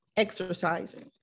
Exercising